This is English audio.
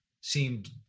seemed